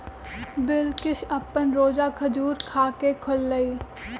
बिलकिश अप्पन रोजा खजूर खा के खोललई